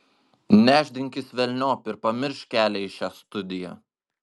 nešdinkis velniop ir pamiršk kelią į šią studiją